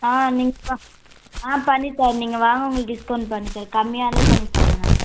ஆ நீங்கள் பா ஆ பண்ணி தரேன் நீங்கள் வாங்க உங்களுக்கு டிஸ்கௌண்ட் பண்ணி தரேன் கம்மியாகவே பண்ணி தரேன் நான்